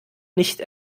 nicht